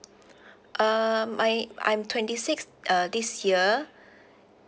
um I I'm twenty six uh this year